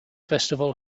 festival